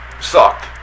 sucked